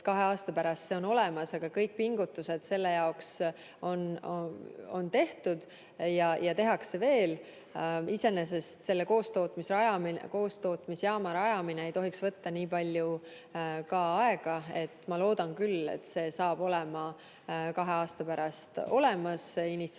kahe aasta pärast on see olemas, aga kõik pingutused selle nimel on tehtud ja neid tehakse veel. Iseenesest selle koostootmisjaama rajamine ei tohiks võtta nii palju aega, seega ma loodan küll, et see on kahe aasta pärast olemas. Initsiatiiv